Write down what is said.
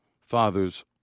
father's